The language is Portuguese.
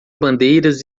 bandeiras